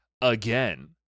again